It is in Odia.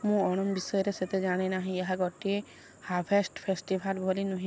ମୁଁ ଓଣମ୍ ବିଷୟରେ ସେତେ ଜାଣେ ନାହିଁ ଏହା ଗୋଟିଏ ହାର୍ଭେଷ୍ଟ୍ ଫେଷ୍ଟିଭାଲ୍ ଭଳି ନୁହେଁ